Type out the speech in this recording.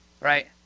right